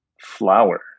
Flower